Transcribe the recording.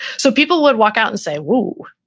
so people would walk out and say, woo.